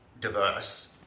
diverse